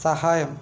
സഹായം